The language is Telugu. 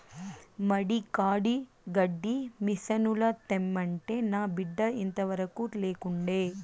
మడి కాడి గడ్డి మిసనుల తెమ్మంటే నా బిడ్డ ఇంతవరకూ లేకుండే